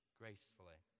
gracefully